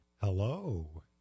Hello